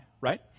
right